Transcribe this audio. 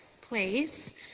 place